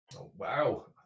Wow